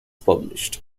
published